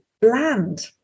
bland